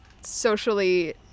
socially